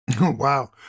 Wow